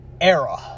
era